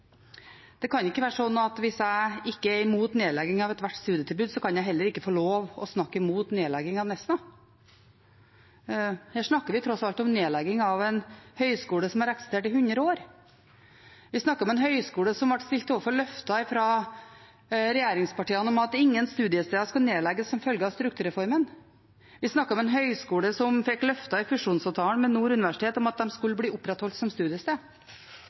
Det kan ikke være slik at hvis jeg ikke er imot nedlegging av ethvert studietilbud, kan jeg heller ikke få lov til å snakke imot nedlegging av Nesna. Her snakker vi tross alt om nedlegging av en høyskole som har eksistert i 100 år. Vi snakker om en høyskole som ble stilt overfor løfter fra regjeringspartiene om at ingen studiesteder skal nedlegges som følge av strukturreformen. Vi snakker om en høyskole som fikk løfter i fusjonsavtalen med Nord universitet om at de skulle bli opprettholdt som studiested.